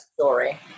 story